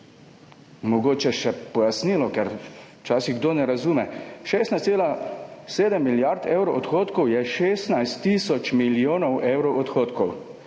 Mogoče še pojasnilo, ker včasih kdo ne razume. 16,7 milijard evrov odhodkov je 16 tisoč milijonov evrov odhodkov